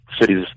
cities